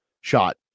shot